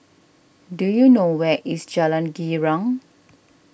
do you know where is Jalan Girang